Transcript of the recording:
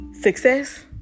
success